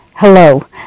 Hello